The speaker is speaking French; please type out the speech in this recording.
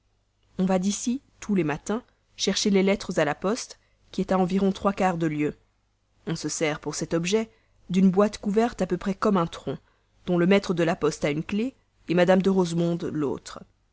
on va d'ici tous les matins chercher les lettres à la poste qui est environ à trois quarts de lieue on se sert pour cet objet d'une boîte couverte à peu près comme un tronc dont le maître de la poste a une clef mme de rosemonde l'autre